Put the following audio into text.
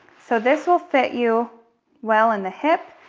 so this will fit you well in the hip,